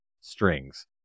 strings